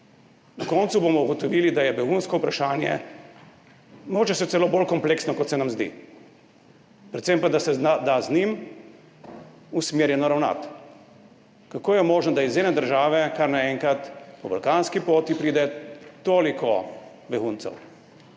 Na koncu bomo ugotovili, da je begunsko vprašanje mogoče še celo bolj kompleksno, kot se nam zdi, predvsem pa, da se da z njim usmerjeno ravnati. Kako je možno, da iz ene države kar naenkrat po balkanski poti pride toliko beguncev,